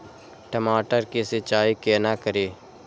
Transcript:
टमाटर की सीचाई केना करी?